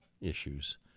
issues